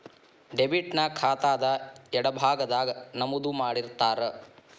debit ನ ಖಾತಾದ್ ಎಡಭಾಗದಾಗ್ ನಮೂದು ಮಾಡಿರ್ತಾರ